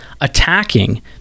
attacking